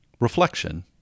Reflection